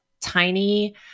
tiny